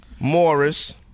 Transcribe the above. Morris